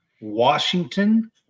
Washington